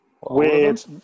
weird